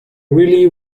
really